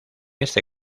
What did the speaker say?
este